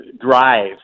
drive